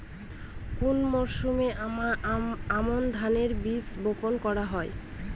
কোন মরশুমে আমন ধানের বীজ বপন করা হয়?